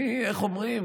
אני, איך אומרים?